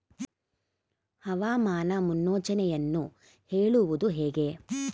ಹವಾಮಾನ ಮುನ್ಸೂಚನೆಯನ್ನು ಹೇಳುವುದು ಹೇಗೆ?